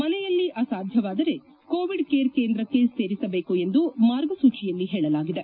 ಮನೆಯಲ್ಲಿ ಅಸಾಧ್ಯವಾದರೆ Covid care ಕೇಂದ್ರಕ್ಕೆ ಸೇರಿಸಬೇಕು ಎಂದು ಮಾರ್ಗಸೂಚಿಯಲ್ಲಿ ಹೇಳಲಾಗಿದೆ